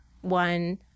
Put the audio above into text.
one